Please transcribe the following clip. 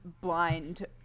blind